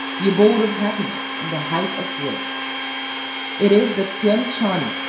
the abode of happiness, and the height of bliss it is the tien-chan,